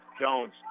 Jones